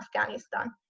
Afghanistan